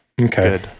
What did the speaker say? okay